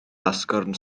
asgwrn